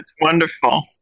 wonderful